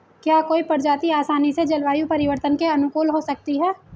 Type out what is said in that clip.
क्या कोई प्रजाति आसानी से जलवायु परिवर्तन के अनुकूल हो सकती है?